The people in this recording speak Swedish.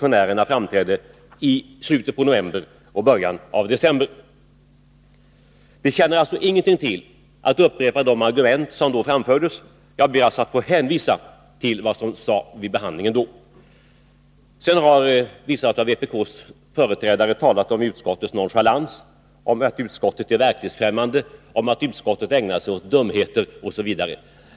I debatterna då framträdde såväl utskottets representanter som motionärerna. Det tjänar alltså ingenting till att upprepa de argument som då framfördes, utan jag hänvisar till vad som då sades. Sedan har vissa av vpk:s företrädare talat om utskottets nonchalans, att utskottet är verklighetsfrämmande, att det ägnar sig åt dumheter osv.